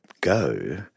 go